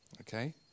Okay